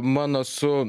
mano su